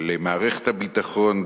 למערכת הביטחון,